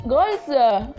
Girls